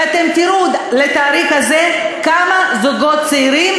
ואתם תראו עד לתאריך הזה כמה זוגות צעירים